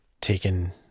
taken